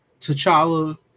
T'Challa